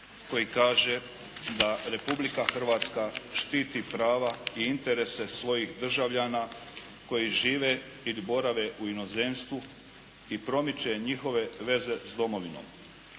koji kaže da Republika Hrvatska štiti prava i interese svojih državljana koji žive ili borave u inozemstvu i promiče njihove veze s domovinom.